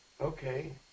Okay